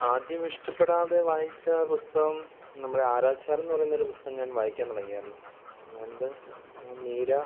ആദ്യം ഇഷ്ടപ്പെടാതെ വായിച്ച പുസ്തകം നമ്മളെ ആരാച്ചാരെന്ന് പറയുന്നൊരു പുസ്തകം ഞാൻ വായിക്കാൻ തുടങ്ങിയായിരുന്നു ഞാനത് മീര